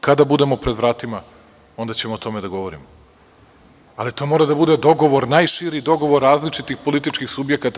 Kada budemo pred vratima, onda ćemo o tome da govorimo, ali to mora da bude najširi dogovor različitih političkih subjekata.